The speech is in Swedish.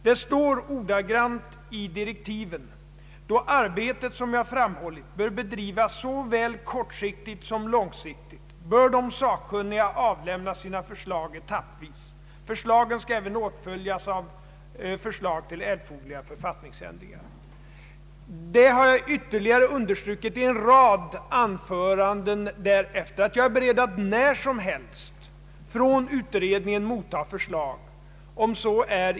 Det står ordagrant i direktiven: ”Då arbetet, som jag framhållit, bör bedrivas såväl kortsiktigt som långsiktigt, bör de sakkunniga avlämna sina förslag etappvis. Förslagen skall även åtföljas av förslag till erforderliga författningsändringar.” Jag har ytterligare understrukit i en rad anföranden därefter, att jag är beredd att när som helst från utredningen motta förslag.